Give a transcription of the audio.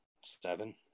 seven